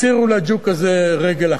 הסירו לג'וק הזה רגל אחת,